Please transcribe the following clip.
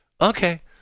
Okay